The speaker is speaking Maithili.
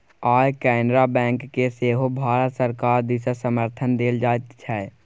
आय केनरा बैंककेँ सेहो भारत सरकार दिससँ समर्थन देल जाइत छै